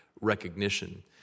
recognition